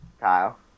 Kyle